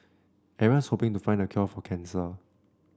everyone's hoping to find the cure for cancer